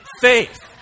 faith